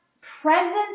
presence